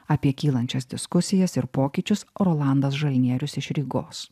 apie kylančias diskusijas ir pokyčius rolandas žalnierius iš rygos